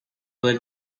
del